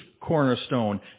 cornerstone